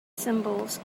symbols